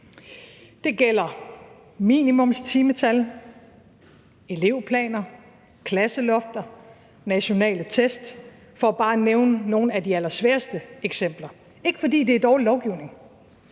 Det gælder minimumstimetal, elevplaner, klasselofter, nationale test, for bare at nævne nogle af de allersværeste eksempler. Det er ikke, fordi det er dårlig lovgivning